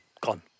Gone